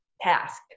task